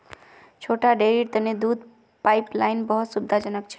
छोटा डेरीर तने दूध पाइपलाइन बहुत सुविधाजनक छ